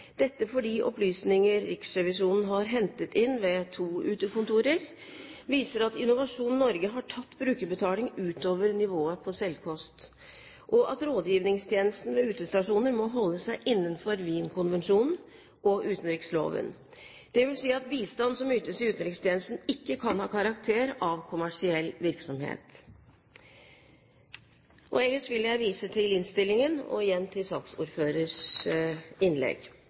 fordi opplysninger Riksrevisjonen har hentet inn ved to utekontorer, viser at Innovasjon Norge har tatt brukerbetaling utover nivået for selvkost, og at rådgivningstjenesten ved utestasjoner må holde seg innenfor Wien-konvensjonen og utenriksloven. Det vil si at bistand som ytes i utenrikstjenesten, ikke kan ha karakter av kommersiell virksomhet. Ellers vil jeg vise til innstillingen og igjen til saksordførerens innlegg.